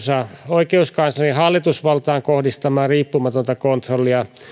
oikeuskanslerin hallitusvaltaan kohdistamaa riippumatonta kontrollia